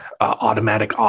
automatic